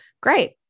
great